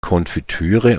konfitüre